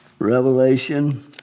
Revelation